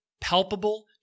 palpable